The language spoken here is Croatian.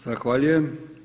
Zahvaljujem.